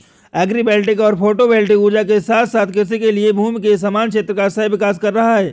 agri voltaic सौर photovoltaic ऊर्जा के साथ साथ कृषि के लिए भूमि के समान क्षेत्र का सह विकास कर रहा है